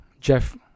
Jeff